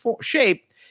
shape